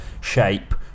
shape